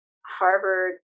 Harvard